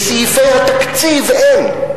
בסעיפי התקציב אין.